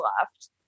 left